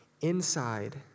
inside